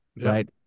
right